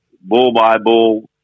ball-by-ball